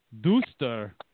Duster